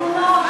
תמונות,